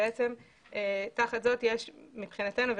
תחת זאת יש מבחינתנו,